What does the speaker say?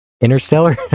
Interstellar